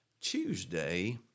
Tuesday